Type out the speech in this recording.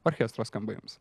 orkestro skamba jums